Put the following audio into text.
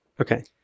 Okay